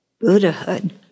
Buddhahood